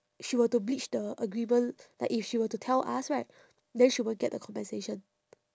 she were to breach the agreement like if she were to tell us right then she won't get the compensation